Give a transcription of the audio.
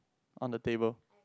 on the table